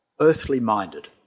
earthly-minded